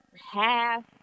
half